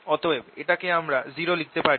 অতএব এটাকে আমরা 0 লিখতে পারি